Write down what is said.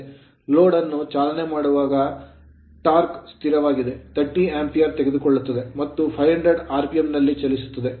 load load ಅನ್ನು ಚಾಲನೆ ಮಾಡುವಾಗ ಅದರ torque ಟಾರ್ಕ್ ಸ್ಥಿರವಾಗಿದೆ 30 Ampere ಆಂಪಿಯರ್ ತೆಗೆದುಕೊಳ್ಳುತ್ತದೆ ಮತ್ತು 500 rpm ಆರ್ ಪಿಎಂ ನಲ್ಲಿ ಚಲಿಸುತ್ತದೆ